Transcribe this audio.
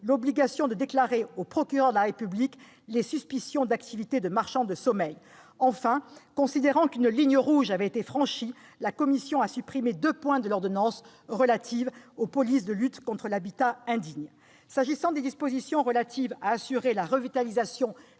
l'obligation de déclarer au procureur de la République les suspicions d'activités de « marchands de sommeil ». Considérant qu'une ligne rouge avait été franchie, la commission a enfin supprimé deux points de l'ordonnance relative aux polices de lutte contre l'habitat indigne. S'agissant des dispositions destinées à assurer la revitalisation